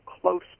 close